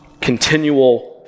continual